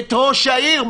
את ראש העיר,